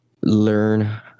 learn